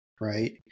Right